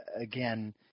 again